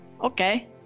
Okay